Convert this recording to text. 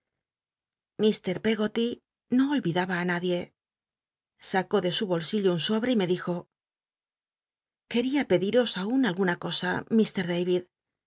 iir peggoty no olvidaba r nadie sacó de su bolsillo un sobre y me dijo quel'ia pediros aun alguna cosa